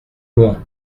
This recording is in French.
loin